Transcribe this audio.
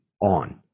on